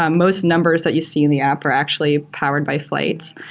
ah most numbers that you see in the app are actually powered by flyte.